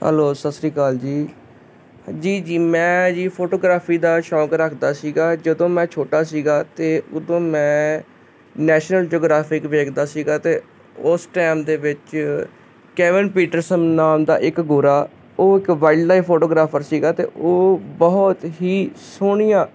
hello ਸਤਿ ਸ਼੍ਰੀ ਅਕਾਲ ਜੀ ਜੀ ਮੈਂ ਜੀ ਫੋਟੋਗ੍ਰਾਫੀ ਦਾ ਸ਼ੌਕ ਰੱਖਦਾ ਸੀਗਾ ਜਦੋਂ ਮੈਂ ਛੋਟਾ ਸੀਗਾ ਅਤੇ ਉਦੋਂ ਮੈਂ ਨੈਸ਼ਨਲ ਜਗਰਾਫਿਕ ਵੇਖਦਾ ਸੀਗਾ ਅਤੇ ਉਸ ਟਾਈਮ ਦੇ ਵਿੱਚ ਕੈਵਨ ਪੀਟਰਸਨ ਨਾਮ ਦਾ ਇੱਕ ਗੋਰਾ ਉਹ ਇੱਕ ਵਰਡ ਲਾਈਫ ਫੋਟੋਗ੍ਰਾਫਰ ਸੀਗਾ ਅਤੇ ਉਹ ਬਹੁਤ ਹੀ ਸੋਹਣੀਆਂ